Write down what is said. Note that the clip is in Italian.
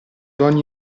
ogni